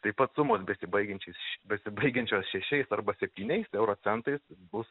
taip pat sumos besibaigiančios š besibaigiančios šešiais arba septyniais euro centais bus